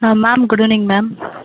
ma'am good evening ma'am